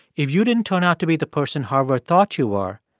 if you didn't turn out to be the person harvard thought you were,